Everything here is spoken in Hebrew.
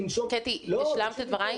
קטי, השלמת את דברייך?